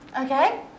okay